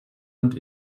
und